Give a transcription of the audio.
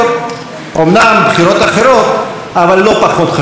אומנם בחירות אחרות אבל לא פחות חשובות.